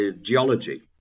geology